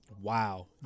Wow